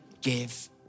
give